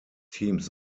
teams